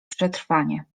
przetrwanie